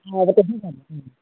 अब त